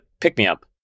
pick-me-up